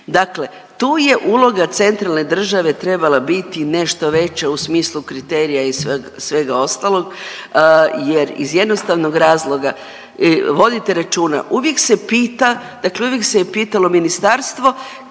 Dakle tu je uloga centralne države trebala biti nešto veća u smislu kriterija i svega ostalog jer iz jednostavnog razloga vodite računa uvijek se pita, dakle uvijek se je pitalo ministarstvo